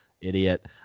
idiot